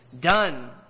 done